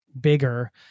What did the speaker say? bigger